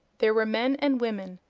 there were men and women,